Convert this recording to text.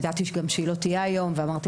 ידעתי גם שהיא לא תהיה היום ואמרתי